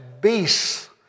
beasts